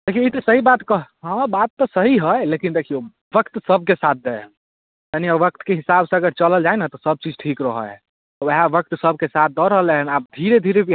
लेकिन ई तऽ सही बात कह हँ बात तऽ सही है लेकिन देखियौ वक्त सबके साथ दै है कनि वक्त के हिसाब से अगर चलल जाय नऽ तऽ सब चीज ठीक रहै हय वैह वक्त सबके साथ दै रहलै हन आब धीरे धीरे बिहार